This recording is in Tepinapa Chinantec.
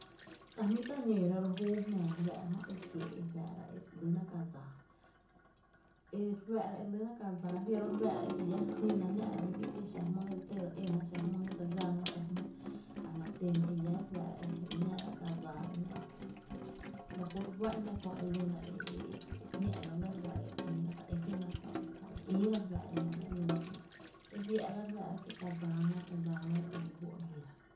Ta jmí’ ta nǿǿra ro’ júu jnaa re fáá’ra jö e kiee’ re lýna ka dsáa, e re fáá’ra e re lyna ka dsáá, jia’ ro e re fáá’ra e bii llá re jyna e náá’ra my güii, kie’ xa jmýy je dse té’n dse éna, xa jmýy je dse gána xa jmýy a la ten e llá re fáá’ra e náá’ra ka dsáa, la kuro’ jú’an jná kö elyna e ‘ñá’ ga lɇ ba ere ïïra ta e kié’ köö e re ïíra re fá´ra e jö ‘nɇɇ’ e lyna e ‘ñá’ e jia’ ga re fáá’ra kie’ ka dsaá na a jia re lí fó’ re ñíra.